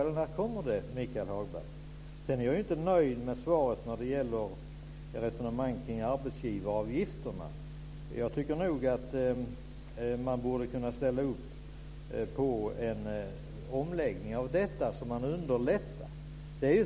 När kommer det, Michael Hagberg? Sedan är jag inte nöjd med svaret när det gäller resonemanget kring arbetsgivaravgifterna. Jag tycker nog att man borde kunna ställa upp på en omläggning av detta för att underlätta.